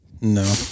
No